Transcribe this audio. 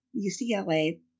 UCLA